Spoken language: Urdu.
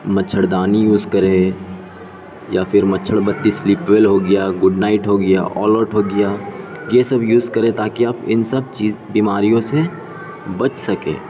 مچھردانی یوز کرے یا پھر مچھر بتی سلیپ ویل ہو گیا گڈ نائٹ ہو گیا آل آوٹ ہو گیا یہ سب یوز کرے تاکہ آپ ان سب چیز بیماریوں سے بچ سکیں